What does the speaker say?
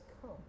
come